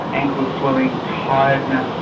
ankle swelling, tiredness,